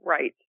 Right